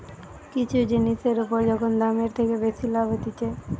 কিছু জিনিসের উপর যখন দামের থেকে বেশি লাভ হতিছে